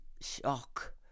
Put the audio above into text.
shock